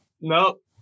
Nope